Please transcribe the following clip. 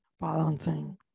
balancing